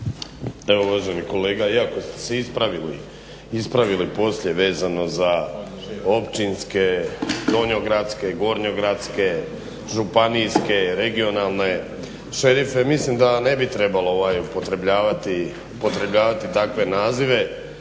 Evo uvaženi kolega, iako ste se ispravili poslije vezano za općinske, donjogradske, gornjogradske, županije, regionalne šerife, mislim da ne bi trebalo upotrebljavati takve nazive,